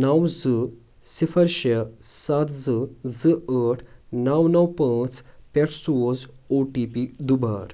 نَو زٕ صِفَر شےٚ سَتھ زٕ زٕ ٲٹھ نَو نَو پانٛژھ پٮ۪ٹھ سوز او ٹی پی دُبارٕ